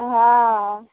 हँ